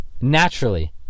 naturally